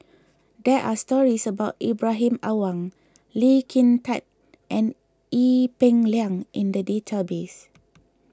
there are stories about Ibrahim Awang Lee Kin Tat and Ee Peng Liang in the database